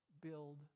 build